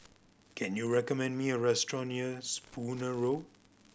can you recommend me a restaurant near Spooner Road